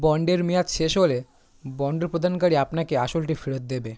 বন্ডের মেয়াদ শেষ হলে বন্ড প্রদানকারী আপনাকে আসলটি ফেরত দেবে